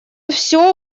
всё